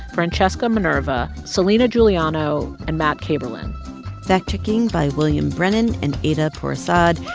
francesca minerva, celina juliano and matt kaeberlein fact-checking by william brennan and ayda pourasad.